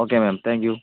okay ma'am thank you